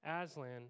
Aslan